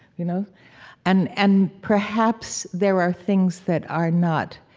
you know and and perhaps there are things that are not